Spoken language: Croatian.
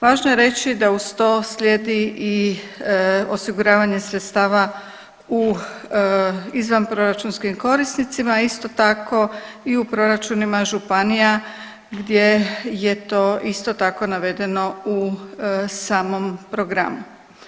Važno je reći da uz to slijedi i osiguravanje sredstava u izvanproračunskim korisnicima, a isto tako i u proračunima županija gdje je to isto tako, navedeno u samom programu.